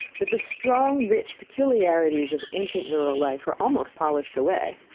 that the strong, rich peculiarities of ancient rural life are almost polished away.